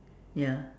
ya